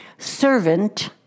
Servant